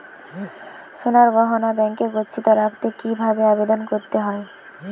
সোনার গহনা ব্যাংকে গচ্ছিত রাখতে কি ভাবে আবেদন করতে হয়?